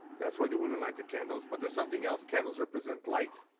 that's why the women light the candles. but, there's something else. candles represent light.